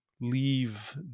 leave